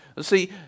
See